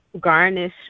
garnish